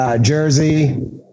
Jersey